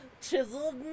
chiseled